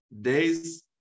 days